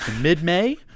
Mid-May